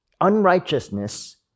Unrighteousness